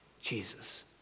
Jesus